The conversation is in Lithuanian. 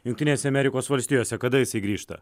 jungtinėse amerikos valstijose kada jisai grįžta